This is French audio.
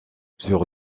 sur